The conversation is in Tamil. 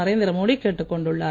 நரேந்திர மோடி கேட்டுக் கொண்டுள்ளார்